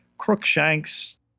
Crookshanks